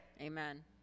Amen